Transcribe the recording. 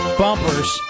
bumpers